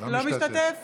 אינו משתתף